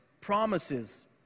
promises